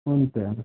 हुन्छ